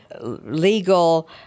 legal